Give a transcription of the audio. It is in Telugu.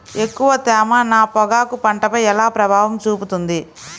ఎక్కువ తేమ నా పొగాకు పంటపై ఎలా ప్రభావం చూపుతుంది?